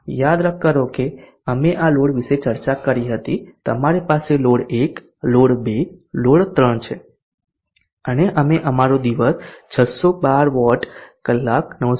યાદ કરો કે અમે આ લોડ વિશે ચર્ચા કરી હતી તમારી પાસે લોડ 1 લોડ 2 લોડ 3 છે અને અમે અમારો દિવસ 612 વોટ કલાક 914